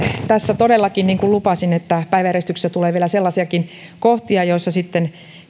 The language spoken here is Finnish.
todellakin niin kuin lupasin päiväjärjestyksessä tulee vielä sellaisiakin kohtia joissa